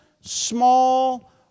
small